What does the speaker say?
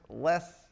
less